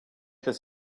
this